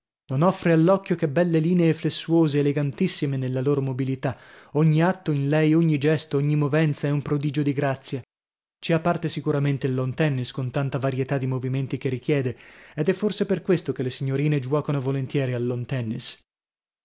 non offre all'occhio che belle linee flessuose elegantissime nella loro mobilità ogni atto in lei ogni gesto ogni movenza è un prodigio di grazia ci ha parte sicuramente il lawn tennis con tanta varietà di movimenti che richiede ed è forse per questo che le signorine giuocano volentieri al lawn tennis